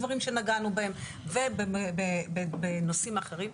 דברים שנגענו בהם ובנושאים אחרים,